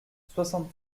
soixante